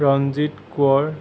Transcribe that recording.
Ranjit Konwar